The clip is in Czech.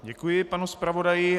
Děkuji panu zpravodaji.